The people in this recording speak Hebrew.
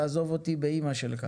תעזוב אותי באמא שלך".